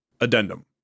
Addendum